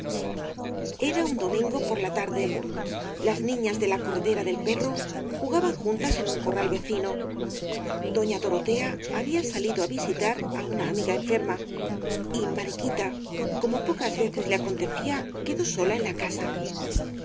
era un domingo por la tarde las niñas de la corredera del perro jugaban juntas en un corral vecino doña dorotea había salido á visitar á una amiga enferma y mariquita como pocas veces le acontecía quedó sola en la casa